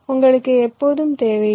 உங்களுக்கு எப்போதும் தேவையில்லை